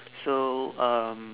so um